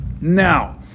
now